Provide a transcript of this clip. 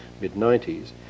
mid-90s